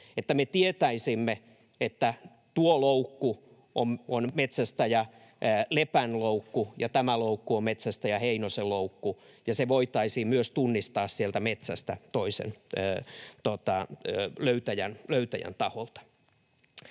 että me tietäisimme, että tuo loukku on metsästäjä Lepän loukku ja tämä loukku on metsästäjä Heinosen loukku, ja se voitaisiin myös tunnistaa sieltä metsästä löytäjän taholta?